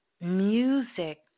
music